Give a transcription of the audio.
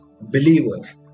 believers